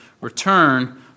return